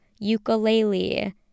ukulele